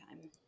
time